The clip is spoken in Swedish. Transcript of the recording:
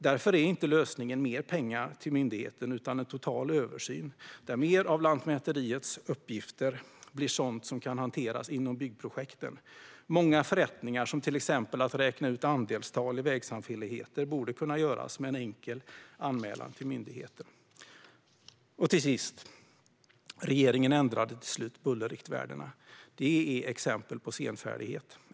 Därför är inte lösningen mer pengar till myndigheten utan en total översyn, där mer av Lantmäteriets uppgifter blir sådant som kan hanteras inom byggprojekten. Många förrättningar, till exempel att räkna ut andelstal i vägsamfälligheter, borde kunna göras med en enkel anmälan till myndigheten. Låt mig till sist säga följande. Regeringen ändrade till slut bullerriktvärdena. Det är ett exempel på senfärdighet.